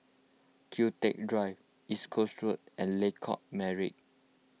Kian Teck Drive East Coast Road and Lengkok Merak